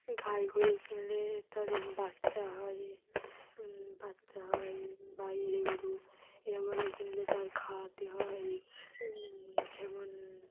গাই গরু কিনলে তার বাচ্চা হয় বাচ্চা হয় বা এঁড়ে গরু এঁড়ে গরু কিনলে তার খাওয়াতে হয় যেমন